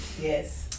Yes